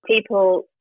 people